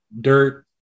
dirt